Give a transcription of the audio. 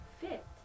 fit